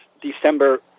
December